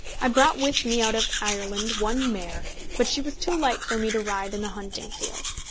i brought with me out of ireland one mare, but she was too light for me to ride in the hunting-field.